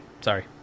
Sorry